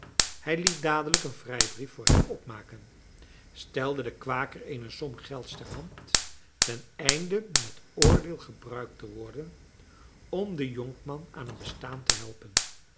hij liet dadelijk een vrijbrief voor hem opmaken stelde den kwaker eene som gelds ter hand ten einde met oordeel gebruikt te worden om den jonkman aan een bestaan te helpen